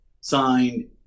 Signed